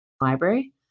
library